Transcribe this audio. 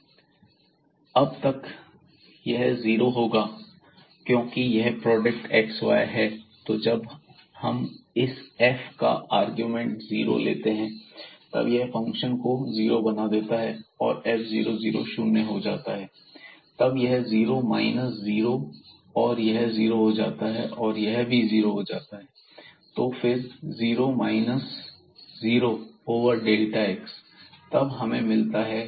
fxyxyx2y2xy00 0xy≠00 अब तक यह जीरो होगा क्योंकि यह प्रोडक्ट xy है तो जब हम इस f का आर्गुमेंट जीरो लेते हैं तब यह फंक्शन को जीरो बना देता है और f00 शून्य हो जाता है तब यह जीरो माइनस जीरो यह जीरो हो जाता है और यह भी जीरो जाता है तो फिर zero minus zero over delta x तब हमें मिलता है